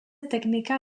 teknika